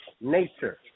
nature